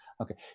Okay